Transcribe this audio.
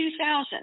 2000